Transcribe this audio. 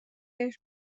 بهش